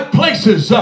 places